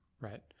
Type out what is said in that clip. Right